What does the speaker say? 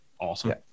awesome